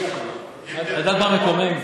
את יודעת מה מקומם?